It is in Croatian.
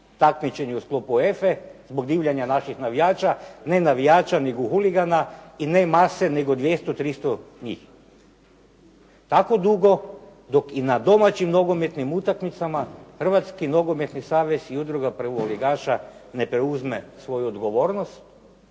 takmičenje u sklopu UEFA-a zbog divljanja naših navijača, ne navijača, nego huligana i ne mase nego 200, 300 njih? Tako dugo dok i na domaćim nogometnim utakmicama Hrvatski nogometni savez i udruga prvoligaša ne preuzme svoju odgovornost